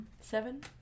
Seven